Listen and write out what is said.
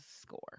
score